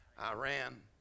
Iran